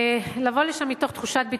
ולבוא לשם מתוך תחושת ביטחון.